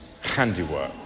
handiwork